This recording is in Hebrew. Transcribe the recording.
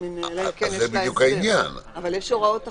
אבל יש הוראות אחרות.